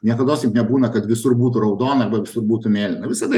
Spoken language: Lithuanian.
niekados taip nebūna kad visur būtų raudona arba visur būtų mėlyna visada